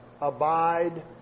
abide